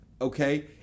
Okay